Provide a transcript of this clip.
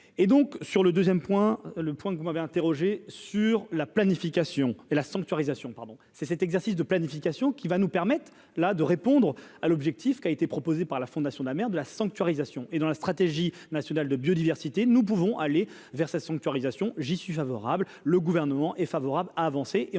et donc sur le 2ème point le point que vous m'avez interrogé sur la planification et la sanctuarisation pardon c'est cet exercice de planification qui va nous permettre là de répondre à l'objectif qui a été proposé par la fondation de la mer de la sanctuarisation et dans la stratégie nationale de biodiversité, nous pouvons aller vers sa sanctuarisation j'y suis favorable, le gouvernement est favorable à avancer